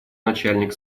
начальник